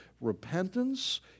repentance